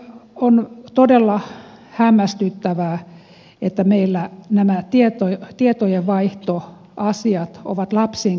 on todella hämmästyttävää että meillä nämä tietojenvaihtoasiat ovat lapsenkengissä